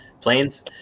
planes